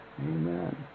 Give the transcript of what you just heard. Amen